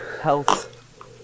health